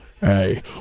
hey